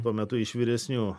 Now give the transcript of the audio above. tuo metu iš vyresnių